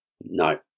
No